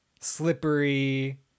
slippery